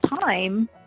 time